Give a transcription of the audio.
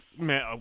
Man